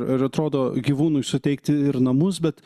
ir atrodo gyvūnui suteikti ir namus bet